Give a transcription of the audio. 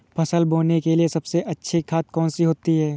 फसल बोने के लिए सबसे अच्छी खाद कौन सी होती है?